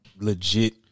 legit